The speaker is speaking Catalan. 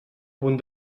punt